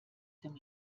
dem